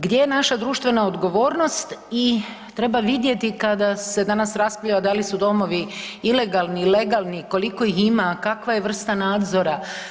Gdje je naša društvena odgovornost i treba vidjeti kada se danas raspravljalo da li su domovi ilegalni, legalni, koliko ih ima, kakva je vrsta nadzora.